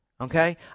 Okay